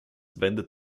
wendet